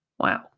Wow